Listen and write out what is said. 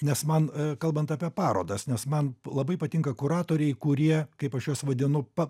nes man kalbant apie parodas nes man labai patinka kuratoriai kurie kaip aš juos vadinu pa